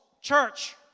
church